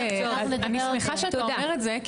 שאני שמחה שאתה אומר את זה,